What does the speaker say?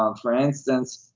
um for instance,